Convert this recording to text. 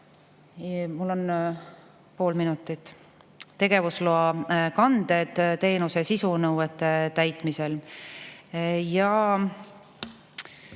Mul on pool minutit? Tegevusloa kanded teenuse sisu nõuete täitmisel …